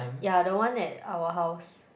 ya the one at our house